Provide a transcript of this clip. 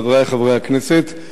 חברי חברי הכנסת,